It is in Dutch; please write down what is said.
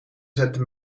zetten